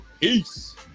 Peace